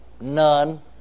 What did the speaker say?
None